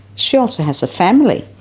she also has a family.